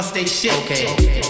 Okay